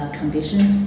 conditions